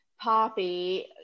Poppy